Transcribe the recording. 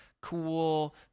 cool